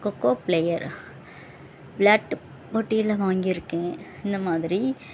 kho kho player விளாட்டு போட்டியில் வாங்கியிருக்கேன் இந்தமாதிரி